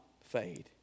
fade